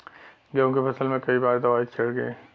गेहूँ के फसल मे कई बार दवाई छिड़की?